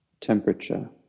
Temperature